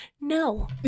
no